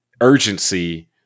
urgency